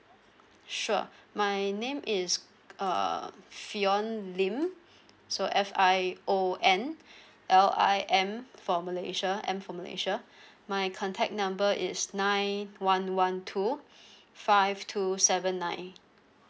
sure my name is uh fion lim so F I O N L I M for malaysia M for malaysia my contact number is nine one one two five two seven nine